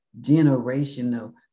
generational